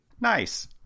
Nice